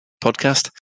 podcast